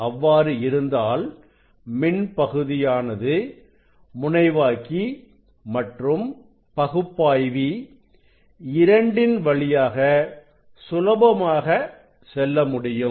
அவ்வாறு இருந்தால் மின் பகுதியானது முனைவாக்கி மற்றும் பகுப்பாய்வி இரண்டின் வழியாக சுலபமாக செல்ல முடியும்